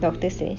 doctor strange